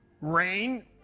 Rain